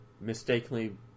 mistakenly